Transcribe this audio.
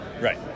Right